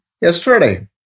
yesterday